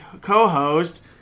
co-host